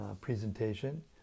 presentation